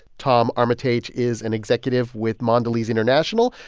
tom armitage is an executive with mondelez international,